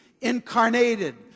incarnated